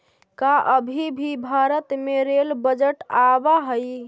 का अभी भी भारत में रेल बजट आवा हई